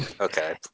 Okay